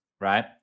right